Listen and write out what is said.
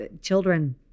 Children